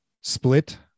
Split